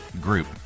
group